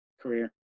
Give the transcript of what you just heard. career